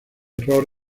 error